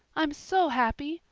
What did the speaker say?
i'm so happy.